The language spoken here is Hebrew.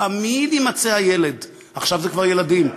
תמיד יימצא הילד, עכשיו זה כבר ילדים,